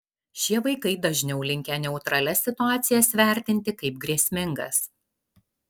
šie vaikai dažniau linkę neutralias situacijas vertinti kaip grėsmingas